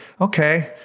Okay